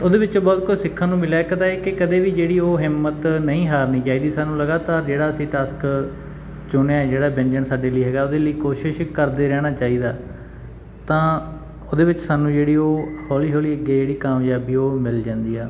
ਉਹਦੇ ਵਿੱਚੋਂ ਬਹੁਤ ਕੁਝ ਸਿੱਖਣ ਨੂੰ ਮਿਲਿਆ ਇੱਕ ਤਾਂ ਇਹ ਕਿ ਕਦੇ ਵੀ ਜਿਹੜੀ ਉਹ ਹਿੰਮਤ ਨਹੀਂ ਹਾਰਨੀ ਚਾਹੀਦੀ ਸਾਨੂੰ ਲਗਾਤਾਰ ਜਿਹੜਾ ਅਸੀਂ ਟਾਸਕ ਚੁਣਿਆ ਜਿਹੜਾ ਵਿਅੰਜਨ ਸਾਡੇ ਲਈ ਹੈਗਾ ਉਹਦੇ ਲਈ ਕੋਸ਼ਿਸ਼ ਕਰਦੇ ਰਹਿਣਾ ਚਾਹੀਦਾ ਤਾਂ ਉਹਦੇ ਵਿੱਚ ਸਾਨੂੰ ਜਿਹੜੀ ਉਹ ਹੌਲੀ ਹੌਲੀ ਅੱਗੇ ਜਿਹੜੀ ਕਾਮਯਾਬੀ ਉਹ ਮਿਲ ਜਾਂਦੀ ਆ